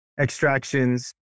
extractions